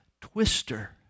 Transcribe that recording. twister